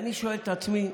ואני שואל את עצמי: